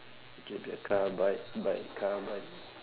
you can be a car bike bike car bike